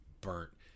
burnt